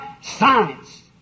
science